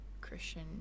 Christian